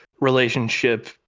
relationship